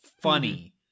funny